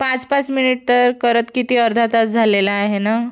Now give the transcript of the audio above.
पाच पाच मिनिट तर करत किती अर्धा तास झालेला आहे ना